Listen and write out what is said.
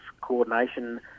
coordination